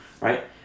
right